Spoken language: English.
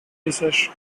research